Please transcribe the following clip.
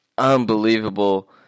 Unbelievable